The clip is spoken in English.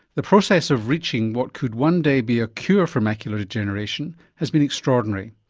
the process of reaching what could one day be a cure for macular degeneration has been extraordinary,